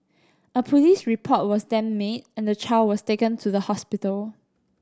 a police report was then made and the child was taken to the hospital